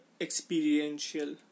experiential